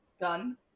done